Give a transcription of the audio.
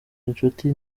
inshuti